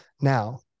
Now